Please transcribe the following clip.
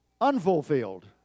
unfulfilled